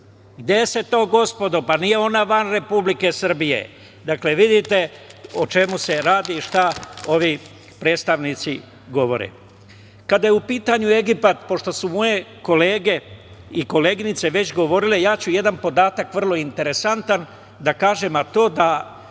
gde se to gospodo, pa, nije ona van Republike Srbije? Dakle, vidite o čemu se radi i šta ovi predstavnici govore. Kada je u pitanju Egipat, pošto su moje kolege i koleginice već govorile, kazaću jedan podatak vrlo interesantan, a to da